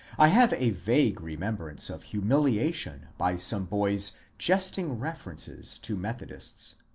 i have a vague remembrance of humiliation by some boys' jesting references to methodists.